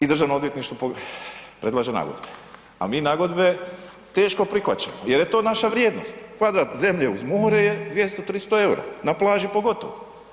I Državno odvjetništvo predlaže nagodbe a mi nagodbe teško prihvaćamo jer je to naša vrijednost, kvadrat zemlje uz more je 200, 300 eura, na plaži pogotovo.